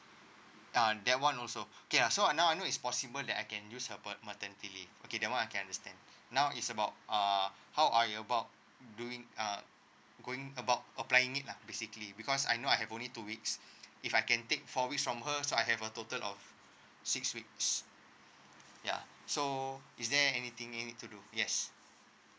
uh that one also okay so uh now I know it's possible that I can use her pat~ maternity leave okay that one I can understand now is about uh how I about doing uh going about applying it lah basically because I know I have only two weeks if I can take four weeks from her so I have a total of six weeks ya so is there anything I need to do yes